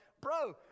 bro